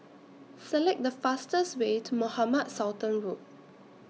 Select The fastest Way to Mohamed Sultan Road